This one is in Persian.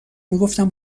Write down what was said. میگفتم